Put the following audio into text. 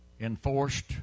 enforced